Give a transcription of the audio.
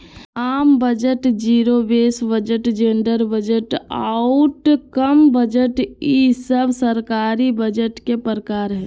आम budget, zero base budget, gender budget, outcome budget ई सब सरकारी बजट के प्रकार हय